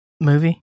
movie